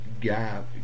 gap